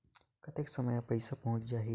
कतेक समय मे पइसा पहुंच जाही?